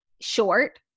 short